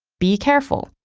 be careful.